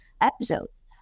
episodes